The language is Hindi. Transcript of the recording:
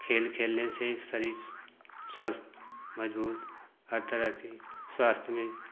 खेल खेलने से शरीर स्वस्थ मजबूत हर तरह के स्वास्थ्य में